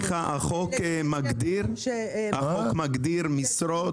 סליחה, החוק מגדיר משרות?